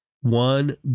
one